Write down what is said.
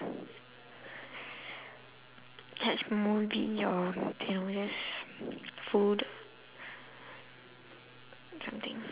catch movie or you know just food something